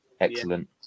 excellent